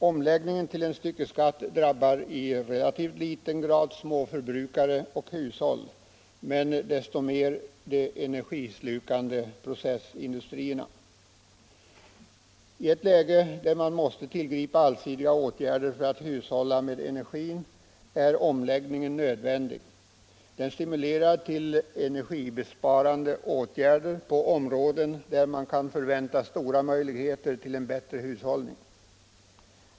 Omläggningen till en styckeskatt drabbar i relativt liten grad småförbrukare och hushåll men desto mer de energislukande processindustrierna. I ett läge där man måste tillgripa allsidiga åtgärder för att hushålla med energin är omläggningen nödvändig. Den stimulerar till energibesparande åtgärder på områden där man kan förvänta stora möjligheter till en bättre hushållning.